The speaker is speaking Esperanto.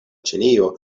ĉinio